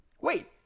Wait